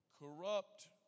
Corrupt